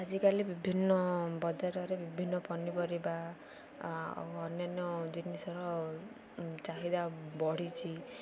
ଆଜିକାଲି ବିଭିନ୍ନ ବଜାରରେ ବିଭିନ୍ନ ପନିପରିବା ଆଉ ଅନ୍ୟାନ୍ୟ ଜିନିଷର ଚାହିଦା ବଢ଼ିଛି